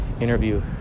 interview